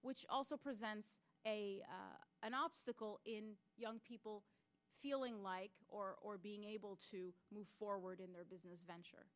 which also prevents an obstacle in young people feeling like or or being able to move forward in their business venture